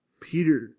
Peter